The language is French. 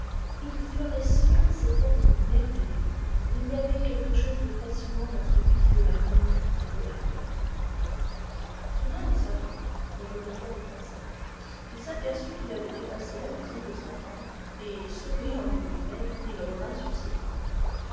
il ferait sien cet être merveilleux il y avait quelque chose de fascinant dans ce fils de l'amour et de la mort soudain il s'arrêta et regarda les façades il s'aperçut qu'il avait dépassé la maison de sa tante et souriant de lui-même il revint sur ses pas